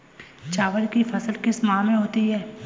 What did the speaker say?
चावल की फसल किस माह में होती है?